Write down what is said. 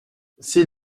c’est